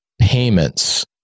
payments